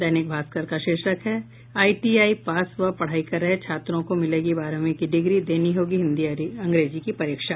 दैनिक भागस्कर का शीर्षक है आईटीआई पास व पढ़ाई कर रहे छात्रों को मिलेगी बारहवीं की डिग्री देनी होगी हिन्दी अंग्रेजी की परीक्षा